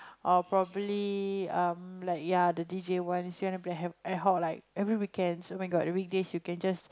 or probably um like ya the d_j ones you wanna play ad hoc every weekends oh-my-god the weekdays you can just